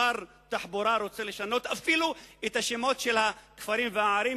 שר תחבורה רוצה לשנות אפילו את השמות של הכפרים והערים,